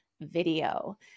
video